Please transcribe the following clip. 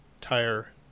tire